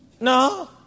no